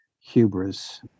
hubris